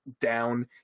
down